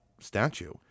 statue